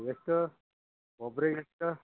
ಎಷ್ಟು ಒಬ್ರಿಗೆ ಎಷ್ಟು